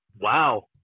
wow